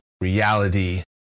reality